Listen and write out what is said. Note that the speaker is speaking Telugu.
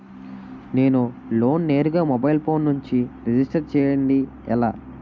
నేను లోన్ నేరుగా మొబైల్ ఫోన్ నుంచి రిజిస్టర్ చేయండి ఎలా?